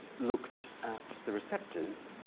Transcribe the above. looked at the receptors,